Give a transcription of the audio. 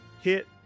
hit